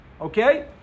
Okay